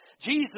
Jesus